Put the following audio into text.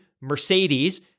Mercedes